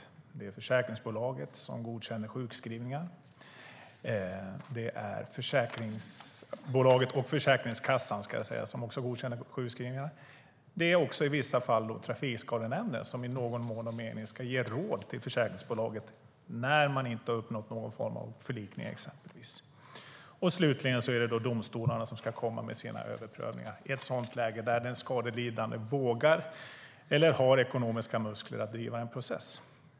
Det är försäkringsbolaget som godkänner sjukskrivningen. Det är också Försäkringskassan som godkänner sjukskrivningar, och i vissa fall ska Trafikskadenämnden i någon mån och mening ge råd till försäkringsbolaget när man inte uppnått någon form av förlikning, exempelvis. Slutligen är det domstolarna som ska komma med sina överprövningar i ett läge där den skadelidande vågar eller har ekonomiska muskler att driva en process.